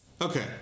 okay